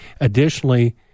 additionally